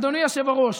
אדוני היושב-ראש,